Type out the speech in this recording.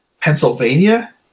Pennsylvania